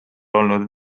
olnud